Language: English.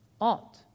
ought